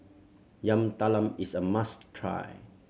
Yam Talam is a must try